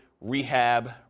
rehab